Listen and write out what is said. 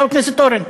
חבר הכנסת אורן?